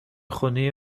خونی